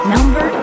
Number